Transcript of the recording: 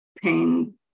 pain